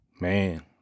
Man